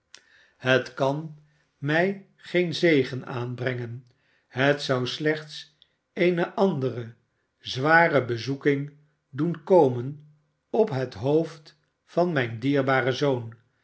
het kan mij geen zegen aanbrengen het zou slechts eene andere zware bezoeking doen komen op het hoofd van mijn dierbaren zoon